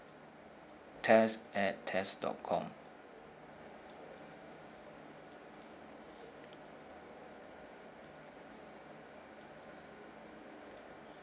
test at test dot com